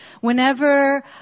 whenever